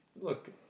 look